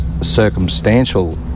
circumstantial